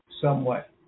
somewhat